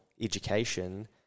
education